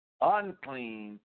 unclean